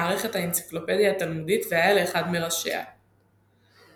בהמשך הצטרף למערכת האנציקלופדיה התלמודית והיה לאחד מראשיה.